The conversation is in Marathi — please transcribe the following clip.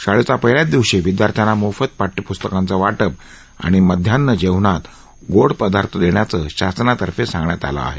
शाळेच्या पहिल्याच दिवशी विद्यार्थ्यांना मोफत पाठ्यपुस्तकांचं वाटप आणि माध्यान्ह भोजनात गोड पदार्थ देण्याचं शासनातर्फे सांगण्यात आलं आहे